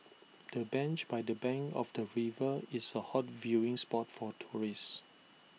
the bench by the bank of the river is A hot viewing spot for tourists